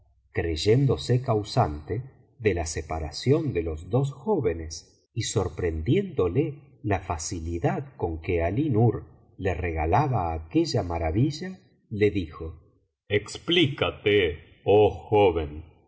creyéndose causante de la separación de los biblioteca valenciana generalitat valenciana historia de dulce amiga dos jóvenes y sorprendiéndole la facilidad con que alí nur le regalaba aquella maravilla le dijo explícate oh joven